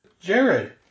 Jared